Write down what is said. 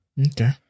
Okay